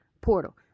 portal